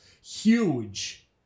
Huge